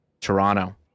Toronto